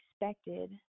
expected